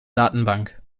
datenbank